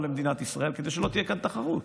למדינת ישראל כדי שלא תהיה כאן תחרות.